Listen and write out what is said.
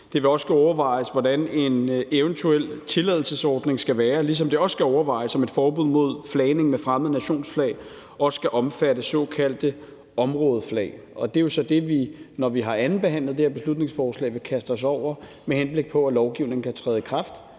Det vil også skulle overvejes, hvordan en eventuel tilladelsesordning skal være, ligesom det også skal overvejes, om et forbud mod flagning med fremmede nationers flag også skal omfatte såkaldte områdeflag. Det er jo så det, som vi, når vi har andenbehandlet det her beslutningsforslag, vil kaste os over, med henblik på at lovgivningen kan træde i kraft